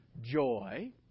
joy